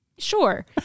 Sure